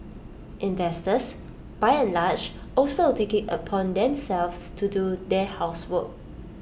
investors by and large also take IT upon themselves to do their housework